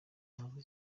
ntazwi